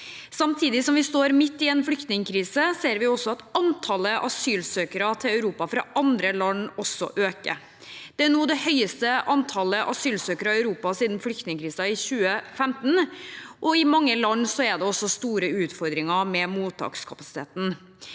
Samtidig som vi står midt i en flyktningkrise, ser vi at antallet asylsøkere til Europa fra andre land også øker. Det er nå det høyeste antallet asylsøkere i Europa siden flyktningkrisen i 2015, og i mange land er det også store utfordringer med mottakskapasiteten.